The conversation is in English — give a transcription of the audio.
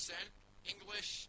English